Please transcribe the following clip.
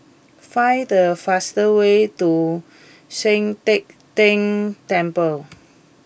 find the fastest way to Sian Teck Tng Temple